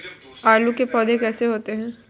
आलू के पौधे कैसे होते हैं?